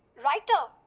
writer!